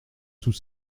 tous